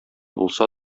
булса